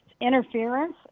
interference